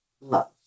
love